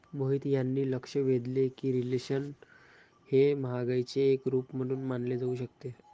मोहित यांनी लक्ष वेधले की रिफ्लेशन हे महागाईचे एक रूप म्हणून मानले जाऊ शकते